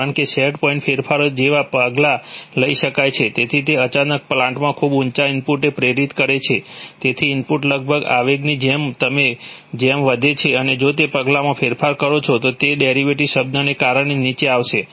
કારણ કે set point ફેરફારો જેવા પગલા લઈ શકાય છે તેથી તે અચાનક પ્લાન્ટમાં ખૂબ ઊંચા ઇનપુટને પ્રેરિત કરે છે જેથી ઇનપુટ લગભગ આવેગની જેમ અને જેમ વધે છે અને જો તમે પગલામાં ફેરફાર કરો છો તો તે ડેરિવેટિવ શબ્દને કારણે નીચે આવશે